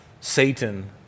Satan